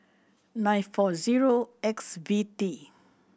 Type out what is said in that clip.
nine four zero X V T